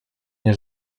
nie